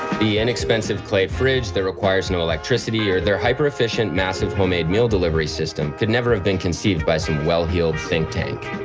the inexpensive clay fridge that requires no electricity, or their hyper-efficient, massive homemade meal delivery system could never have been conceived by some well-heeled think tank.